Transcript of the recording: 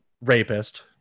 rapist